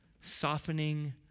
softening